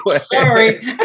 sorry